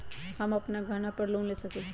हम अपन गहना पर लोन ले सकील?